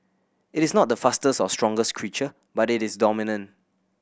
it is not the fastest or strongest creature but it is dominant